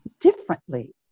differently